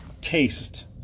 Taste